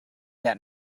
that